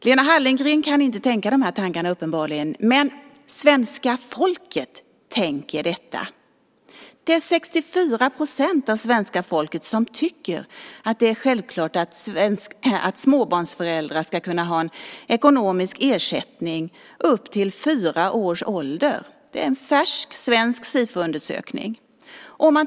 Lena Hallengren kan uppenbarligen inte tänka dessa tankar. Men svenska folket tänker detta. Det är 64 % av svenska folket som tycker att det är självklart att småbarnsföräldrar ska kunna ha en ekonomisk ersättning till dess att barnet är fyra år. Det visar en färsk svensk Sifoundersökning.